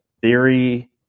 Theory